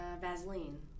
vaseline